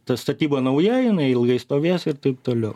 ta statyba nauja jinai ilgai stovės ir taip toliau